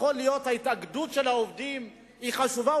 ההתאגדות של העובדים היא חשובה,